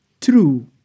true